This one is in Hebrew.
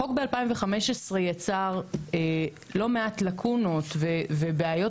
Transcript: החוק ב-2015 יצר לא מעט לקונות ובעיות